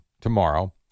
tomorrow